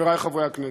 חברי חברי הכנסת,